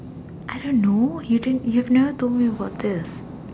I don't know you didn't you have never told me about this